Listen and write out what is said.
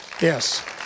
yes